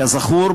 כזכור,